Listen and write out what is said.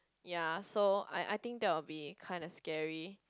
ya so I I think that would be kind of scary